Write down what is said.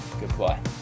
Goodbye